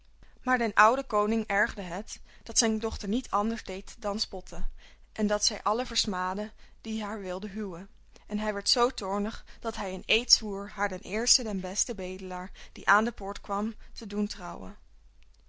maar den ouden koning ergerde het dat zijn dochter niet anders deed dan spotten en dat zij allen versmaadde die haar wilden huwen en hij werd zoo toornig dat hij een eed zwoer haar den eersten den besten bedelaar die aan de poort kwam te doen trouwen